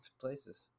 places